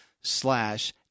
slash